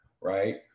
right